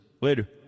Later